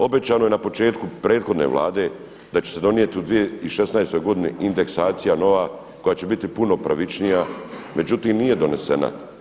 Obećano je na početku prethodne Vlade da će se donijeti u 2016. godini indeksacija nova koja će biti puno pravičnija međutim nije donesena.